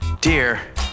Dear